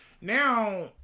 now